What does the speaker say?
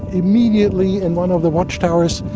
immediately, in one of the watch towers.